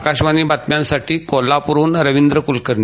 आकाशवाणी बातम्यांसाठी कोल्हापूरहून रविंद्र कुलकर्णी